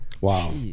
Wow